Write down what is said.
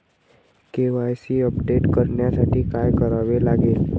KYC update करण्यासाठी काय करावे लागेल?